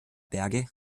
berge